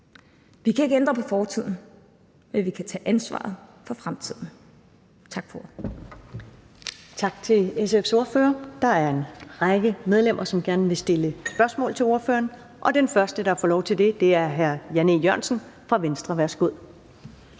Vi kan ikke ændre på fortiden, men vi kan tage ansvar for fremtiden.